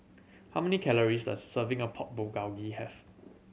how many calories does serving of Pork Bulgogi have